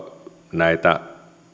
näitä